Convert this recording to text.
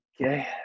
Okay